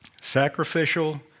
Sacrificial